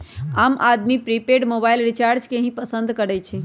आम आदमी prepaid mobile recharge के ही पसंद करई छई